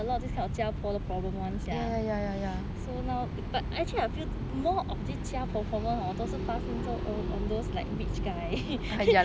ya actually a lot of this kind of 家婆 problem [one] sia so now but actually I feel more of these 家婆 problem 都 hor 都是发生 on those like rich guy